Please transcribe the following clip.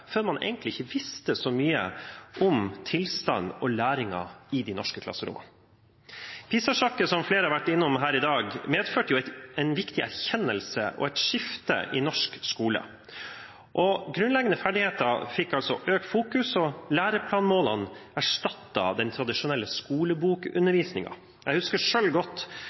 man egentlig ikke så mye om tilstanden og læringen i de norske klasserommene. PISA-sjokket, som flere har vært innom her i dag, medførte en viktig erkjennelse og et skifte i norsk skole. Grunnleggende ferdigheter fikk økt fokus, og læreplanmålene erstattet den tradisjonelle skolebokundervisningen. Jeg husker selv godt